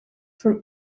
from